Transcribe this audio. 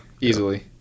easily